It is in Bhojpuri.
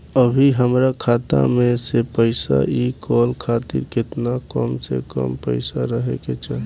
अभीहमरा खाता मे से पैसा इ कॉल खातिर केतना कम से कम पैसा रहे के चाही?